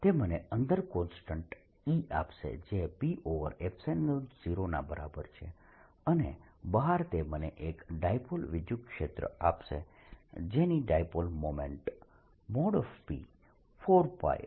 તે મને અંદર કોન્સ્ટન્ટ E આપશે જે P0 ના બરાબર છે અને બહાર તે મને એક ડાયપોલ વિદ્યુતક્ષેત્ર આપશે જેની ડાયપોલ મોમેન્ટ P 4πr3P3 છે